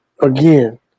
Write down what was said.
again